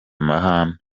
mahame